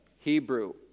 Hebrew